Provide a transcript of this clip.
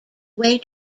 way